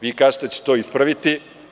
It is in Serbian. Vi kažete da ćete to ispraviti.